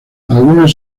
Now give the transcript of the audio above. algunas